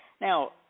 Now